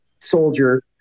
soldier